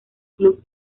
club